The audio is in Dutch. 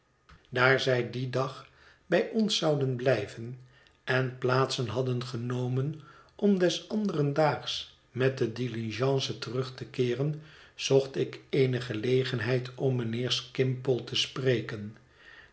daar zij dien dag bij ons zouden blijven en plaatsen hadden genomen om des anderen daags met de diligence terug te keeren zocht ik eene gelegenheid om mijnheer skimpole te spreken